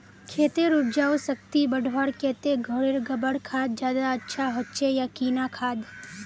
खेतेर उपजाऊ शक्ति बढ़वार केते घोरेर गबर खाद ज्यादा अच्छा होचे या किना खाद?